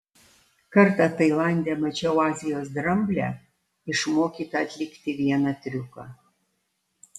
kartą tailande mačiau azijos dramblę išmokytą atlikti vieną triuką